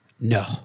No